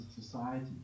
society